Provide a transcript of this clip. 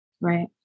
Right